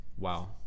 Wow